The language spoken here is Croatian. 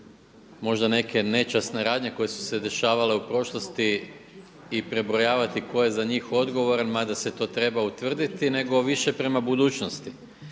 možda neke nečasne radnje koje su se dešavale u prošlosti i prebrojavati tko je za njih odgovoran, mada se to treba utvrditi nego više prema budućnosti.